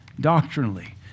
doctrinally